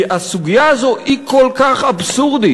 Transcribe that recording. כי הסוגיה הזאת היא כל כך אבסורדית,